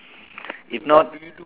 if not